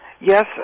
Yes